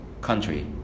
country